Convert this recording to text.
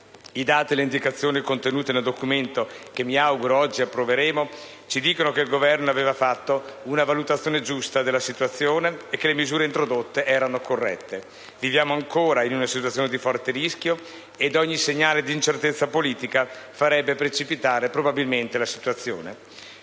I dati e le indicazioni contenute nel Documento, che mi auguro oggi approveremo, ci dicono che il Governo aveva fatto una valutazione giusta della situazione e che le misure introdotte erano corrette. Viviamo ancora in una situazione di forte rischio e ogni segnale di incertezza politica farebbe precipitare probabilmente la situazione.